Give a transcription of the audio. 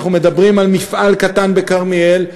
אנחנו מדברים על מפעל קטן בכרמיאל,